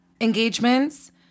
engagements